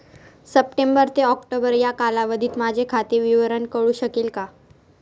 September ते October या कालावधीतील माझे खाते विवरण कळू शकेल का?